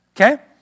Okay